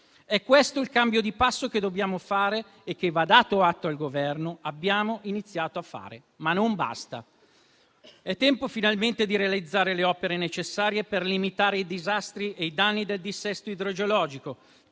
È questo il cambio di passo che dobbiamo fare e che - va dato atto al Governo - abbiamo iniziato a fare, ma non basta. È tempo finalmente di realizzare le opere necessarie per limitare i disastri e i danni del dissesto idrogeologico,